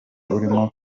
urimo